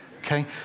Okay